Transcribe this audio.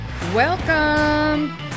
Welcome